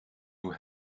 nur